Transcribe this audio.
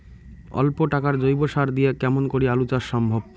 অল্প টাকার জৈব সার দিয়া কেমন করি আলু চাষ সম্ভব?